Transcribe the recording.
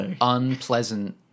unpleasant